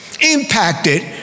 Impacted